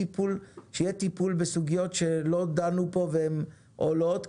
שיהיה טיפול בסוגיות שלא דנו בהן פה והן עולות,